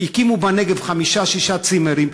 הקימו בנגב חמישה-שישה צימרים.